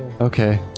Okay